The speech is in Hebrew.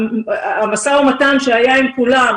המשא ומתן שהיה עם כולם,